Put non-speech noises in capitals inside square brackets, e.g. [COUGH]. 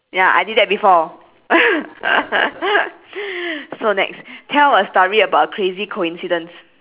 ya I did that before [LAUGHS] so next tell a story about a crazy coincidence